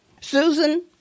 Susan